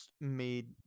made